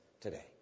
today